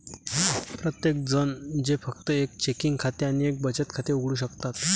प्रत्येकजण जे फक्त एक चेकिंग खाते आणि एक बचत खाते उघडू शकतात